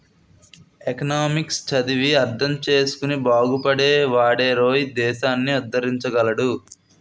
economics చదివి అర్థం చేసుకుని బాగుపడే వాడేరోయ్ దేశాన్ని ఉద్దరించగలడు